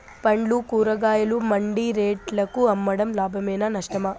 పండ్లు కూరగాయలు మండి రేట్లకు అమ్మడం లాభమేనా నష్టమా?